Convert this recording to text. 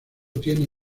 tiene